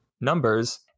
numbers